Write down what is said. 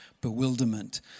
bewilderment